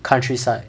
countryside